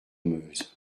meuse